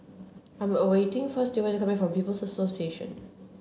I'm a waiting for Stewart to come back from People's Association